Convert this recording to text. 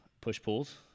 push-pulls